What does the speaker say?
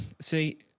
See